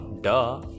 duh